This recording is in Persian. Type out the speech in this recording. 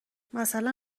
مثلا